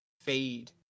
fade